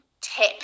tip